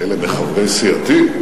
אלה מחברי סיעתי?